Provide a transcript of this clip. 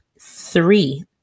three